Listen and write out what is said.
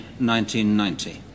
1990